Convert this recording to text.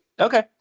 Okay